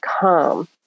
calm